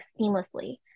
seamlessly